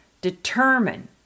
Determine